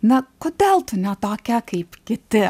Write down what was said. na kodėl tu ne tokia kaip kiti